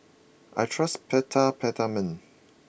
I trust peta Peptamen